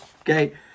Okay